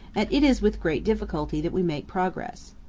and it is with great difficulty that we make progress.